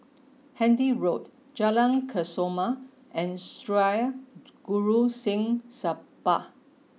Handy Road Jalan Kesoma and Sri Guru Singh Sabha